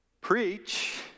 preach